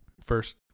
first